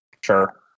Sure